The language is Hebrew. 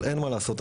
אבל אין מה לעשות,